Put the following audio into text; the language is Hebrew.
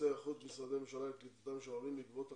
משרדי הממשלה לקליטתם של העולים בעקבות הקורונה.